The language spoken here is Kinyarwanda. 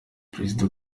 perezida